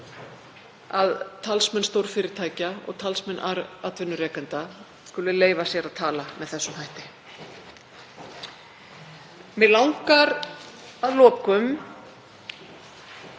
að talsmenn stórfyrirtækja og talsmenn atvinnurekenda skuli leyfa sér að tala með þessum hætti. Mig langar að lokum